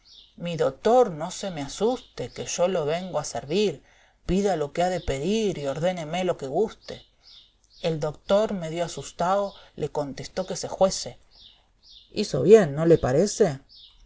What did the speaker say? mi doctor no se me asuste que yo lo vengo a servir pida lo que ha de pedir y ordéneme lo que guste el dotor medio asustao le contestó que se juese hizo bien no le parece